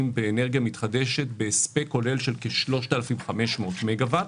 באנרגיה מתחדשת בהספק כולל של כ-3,500 מגה-ואט,